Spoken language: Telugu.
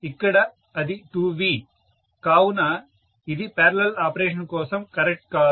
ఇక్కడ అది 2V కావున ఇది పారలల్ ఆపరేషన్ కోసం కరెక్ట్ కాదు